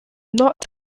not